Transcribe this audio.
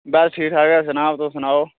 बस ठीक ठाक सनाओ तुस सनाओ